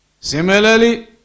Similarly